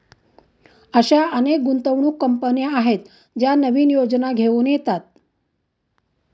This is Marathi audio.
अशा अनेक गुंतवणूक कंपन्या आहेत ज्या नवीन योजना घेऊन येतात